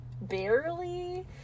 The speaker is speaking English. barely